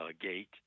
gate